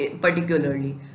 particularly